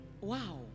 Wow